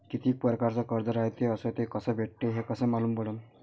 कितीक परकारचं कर्ज रायते अस ते कस भेटते, हे कस मालूम पडनं?